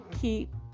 keep